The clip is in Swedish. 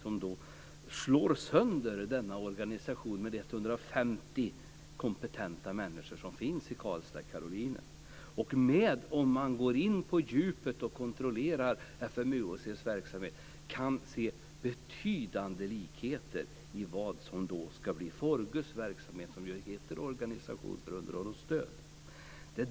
I den slår man sönder denna organisation med 150 kompetenta människor som finns i Karolinen i Karlstad. Om man går in på djupet och kontrollerar FMUHC:s verksamhet kan man se betydande likheter med det som ska bli Forgus verksamhet - organisationen för underhåll och stöd.